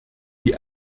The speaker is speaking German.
die